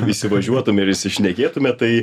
įsivažiuotume ir įsišnekėtume tai